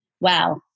wow